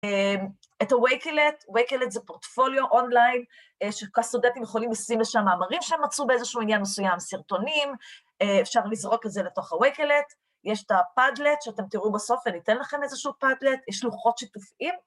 את ה-Wakelet, Wakelet זה פורטפוליו אונליין, שכל הסטודנטים יכולים לשים לשם מאמרים שהם מצאו באיזשהו עניין מסוים, סרטונים, אפשר לזרוק את זה לתוך ה-Wakelet, יש את הפאדלט שאתם תראו בסוף, אני אתן לכם איזשהו פאדלט, יש לוחות שיתופיים